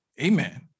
amen